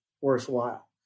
worthwhile